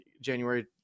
January